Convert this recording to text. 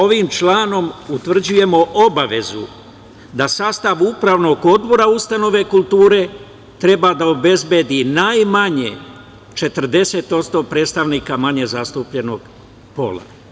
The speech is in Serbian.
Ovim članom utvrđujemo obavezu da sastav upravnog odbora ustanove kulture treba da obezbedi najmanje 40% predstavnika manje zastupljenog pola.